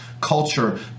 culture